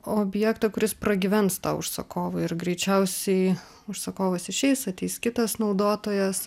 objektą kuris pragyvens tą užsakovą ir greičiausiai užsakovas išeis ateis kitas naudotojas